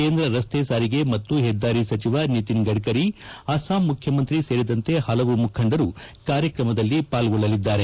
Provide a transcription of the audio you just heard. ಕೇಂದ್ರ ರಸ್ತೆ ಸಾರಿಗೆ ಮತ್ತು ಹೆದ್ದಾರಿ ಸಚಿವ ನಿತಿನ್ ಗಡ್ಕರಿ ಅಸ್ಟಾಂ ಮುಖ್ಯಮಂತ್ರಿ ಸೇರಿದಂತೆ ಹಲವು ಮುಖಂಡರು ಕಾರ್ಯಕ್ರಮದಲ್ಲಿ ಪಾಲ್ಗೊಳ್ಳಲಿದ್ದಾರೆ